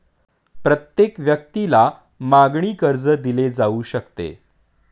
प्रत्येक व्यक्तीला मागणी कर्ज दिले जाऊ शकते